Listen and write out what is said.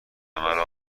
مرا